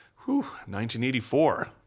1984